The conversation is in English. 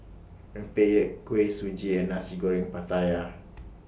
Rempeyek Kuih Suji and Nasi Goreng Pattaya